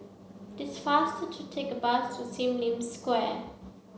it is faster to take bus to Sim Lim Square